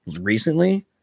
recently